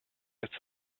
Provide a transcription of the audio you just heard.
its